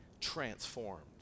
Transformed